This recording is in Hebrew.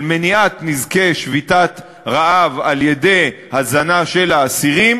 של מניעת נזקי שביתת רעב על-ידי הזנה של אסירים,